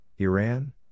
Iran